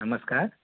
नमस्कार